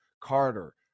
Carter